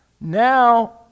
Now